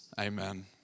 Amen